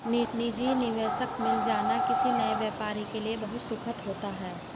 निजी निवेशक मिल जाना किसी नए व्यापारी के लिए बहुत सुखद होता है